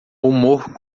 humor